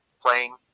playing